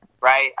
Right